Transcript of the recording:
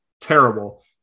terrible